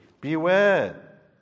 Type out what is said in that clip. Beware